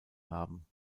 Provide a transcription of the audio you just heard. haben